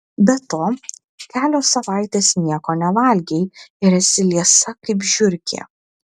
be to kelios savaitės nieko nevalgei ir esi liesa kaip žiurkė